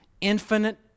infinite